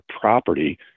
property